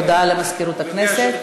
הודעה למזכירת הכנסת.